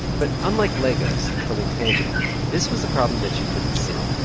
but unlike legos something tangible this was a problem that she couldn't see